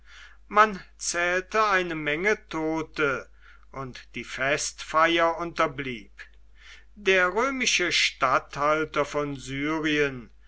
man zählte eine menge tote und die festfeier unterblieb der römische statthalter von syrien